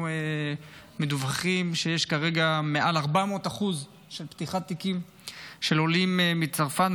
אנחנו מדווחים שיש כרגע מעל 400% פתיחת תיקים של עולים מצרפת,